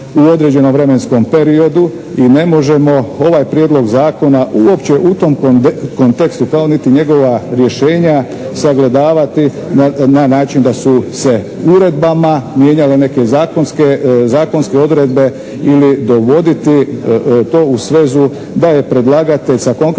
u određenom vremenskom periodu i ne možemo ovaj Prijedlog zakona uopće u tom kontekstu kao niti njegova rješenja sagledavati na način da su se uredbama mijenjale neke zakonske odredbe ili dovoditi to u svezu da je predlagatelj sa konkretnim